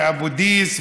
ואבו דיס,